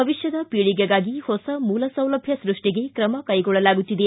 ಭವಿಷ್ಠದ ಪೀಳಿಗೆಗಾಗಿ ಹೊಸ ಮೂಲಸೌಲಭ್ಯ ಸೃಷ್ಟಿಗೆ ತ್ರಮ ಕೈಗೊಳ್ಳಲಾಗುತ್ತಿದೆ